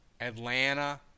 Atlanta